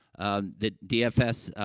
um, the dfs,